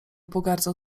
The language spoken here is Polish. pogardzał